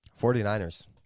49ers